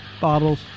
bottles